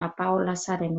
apaolazaren